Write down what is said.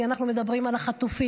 כי אנחנו מדברים על החטופים,